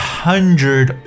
hundred